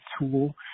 tool